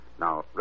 Now